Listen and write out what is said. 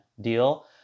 deal